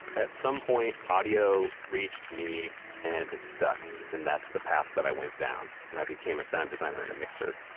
at some point, audio reached me and it stuck, and that's the path i went down and i became a sound designer and a mixer.